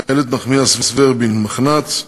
איילת נחמיאס ורבין, מחנ"צ,